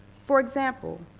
for example,